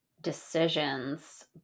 decisions